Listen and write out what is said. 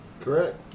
Correct